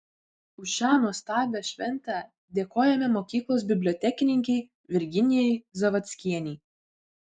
už šią nuostabią šventę dėkojame mokyklos bibliotekininkei virginijai zavadskienei